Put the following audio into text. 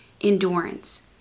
endurance